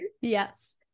yes